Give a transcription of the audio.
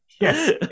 yes